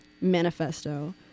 manifesto